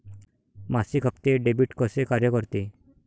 मासिक हप्ते, डेबिट कसे कार्य करते